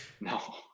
No